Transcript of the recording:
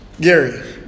Gary